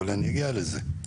אבל אני אגיע לזה.